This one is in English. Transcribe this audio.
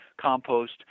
compost